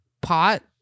Pot